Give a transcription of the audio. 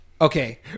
Okay